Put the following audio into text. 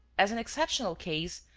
as an exceptional case,